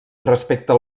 respecte